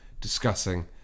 discussing